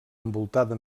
envoltada